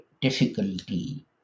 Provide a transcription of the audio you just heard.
difficulty